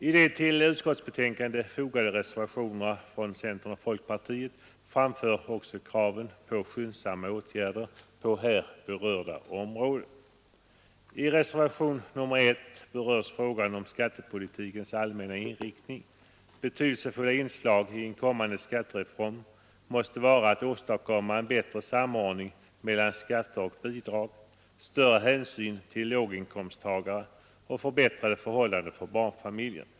I de till utskottsbetänkandet fogade reservationerna från centern och folkpartiet framför vi också kravet på skyndsamma åtgärder på här berörda område. I reservationen 1 berörs frågan om skattepolitikens allmänna inriktning. Betydelsefulla inslag i en kommande skattereform måste vara att åstadkomma en bättre samordning mellan skatter och bidrag, större hänsyn till låginkomsttagare och förbättrade förhållanden för barnfamiljer.